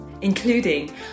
including